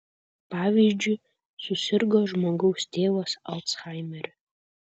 pavyzdžiui susirgo žmogaus tėvas alzhaimeriu